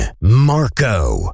Marco